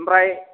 आमफ्राय